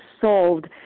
solved